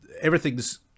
everything's